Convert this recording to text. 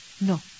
No